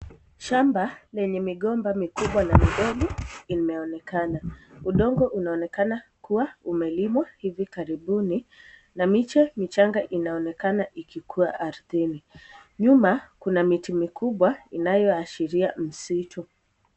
Shamba lenye migomba mikubwa na midogo imeonekana. Udongo unaonekana kuwa umelimwa hivi karibuni, na miche michanga inaonekana ikikuwa ardhini. Nyuma kuna miti mikubwa inayoashiria msitu.